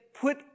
put